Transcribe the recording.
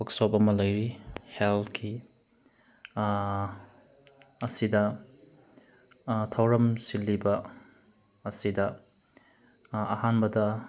workshop ꯑꯃ ꯂꯩꯔꯤ ꯍꯦꯜꯊꯀꯤ ꯑꯁꯤꯗ ꯊꯧꯔꯝ ꯁꯤꯜꯂꯤꯕ ꯑꯁꯤꯗ ꯑꯍꯥꯟꯕꯗ